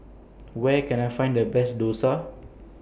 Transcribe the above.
Where Can I Find The Best Dosa